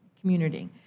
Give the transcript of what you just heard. community